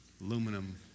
aluminum